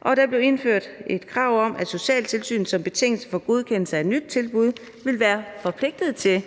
Og der blev indført et krav om, at socialtilsynet som betingelse for godkendelse af et nyt tilbud ville være forpligtet til